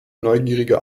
neugierige